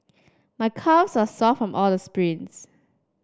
my calves are sore from all the sprints